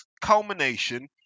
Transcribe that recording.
culmination